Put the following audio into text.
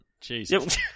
Jesus